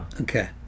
Okay